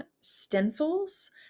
stencils